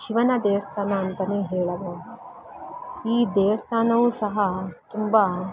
ಶಿವನ ದೇವಸ್ಥಾನ ಅಂತನೇ ಹೇಳಬಹುದು ಈ ದೇವಸ್ಥಾನವೂ ಸಹ ತುಂಬ